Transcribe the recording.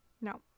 No